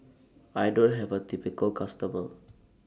I don't have A typical customer